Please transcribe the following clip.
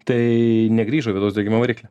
tai negrįžo į vidaus degimo variklį